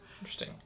Interesting